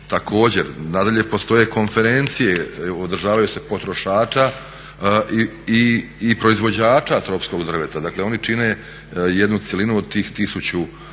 također. Nadalje postoje konferencije, održavaju se potrošača i proizvođača tropskog drveta. Dakle, oni čine jednu cjelinu od tih 1000